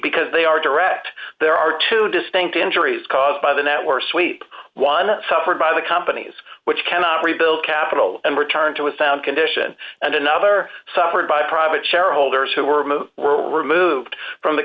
because they are direct there are two distinct injuries caused by the network sweep one suffered by the companies which cannot rebuild capital and return to a sound condition and another suffered by private shareholders who were moved were removed from the